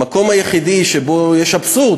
המקום היחיד שבו יש אבסורד,